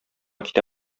китә